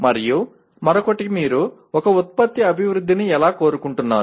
మరియు మరొకటి మీరు ఒక ఉత్పత్తి అభివృద్ధిని ఎలా కోరుకుంటున్నారు